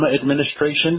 administration